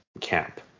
camp